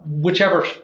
whichever